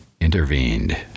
intervened